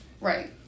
Right